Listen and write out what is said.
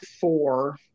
four